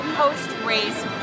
post-race